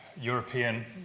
European